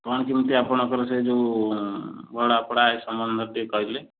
କ'ଣ କେମିତି ଆପଣଙ୍କର ସେ ଯେଉଁ ଭଡ଼ା ଫଡ଼ା ଏ ସମ୍ବନ୍ଧରେ ଟିକେ କହିଲେ